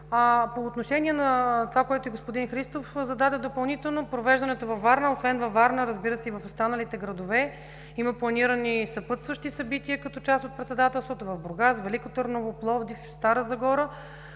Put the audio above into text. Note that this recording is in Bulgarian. По отношение на това, което и господин Христов зададе допълнително – освен във Варна и в останалите градове има планирани съпътстващи събития като част от председателството в Бургас, Велико Търново, Пловдив, Стара Загора,